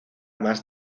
más